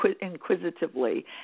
inquisitively